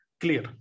clear